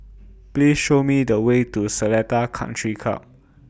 Please Show Me The Way to Seletar Country Club